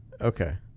okay